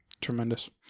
Tremendous